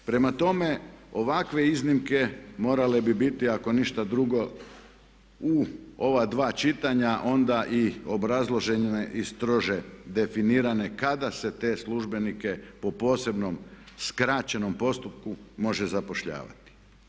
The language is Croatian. Prema tome, ovakve iznimke morale bi biti ako ništa drugo u ova dva čitanja onda i obrazložena i strože definirane kada se te službenike po posebnom skraćenom postupku može zapošljavati.